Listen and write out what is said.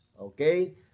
Okay